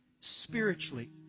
spiritually